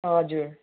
हजुर